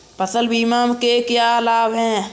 फसल बीमा के क्या लाभ हैं?